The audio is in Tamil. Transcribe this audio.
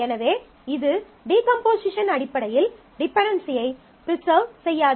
எனவே இது டீகம்போசிஷன் அடிப்படையில் டிபென்டென்சியை ப்ரிசர்வ் செய்யாது